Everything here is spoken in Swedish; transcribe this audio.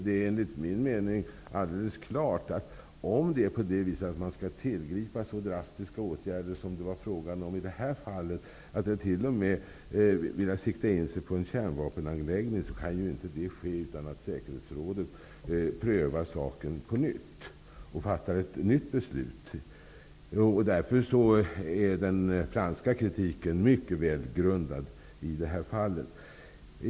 Det är enligt min mening alldeles klart att om man skall tillgripa så drastiska åtgärder som det var fråga om i detta fall, att man t.o.m. ville sikta in sig på en kärnvapenanläggning, kan ju det inte ske utan att säkerhetsrådet prövar saken på nytt och fattar ett nytt beslut. Därför är den franska kritiken mycket välgrundad i detta fall.